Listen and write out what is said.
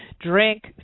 drink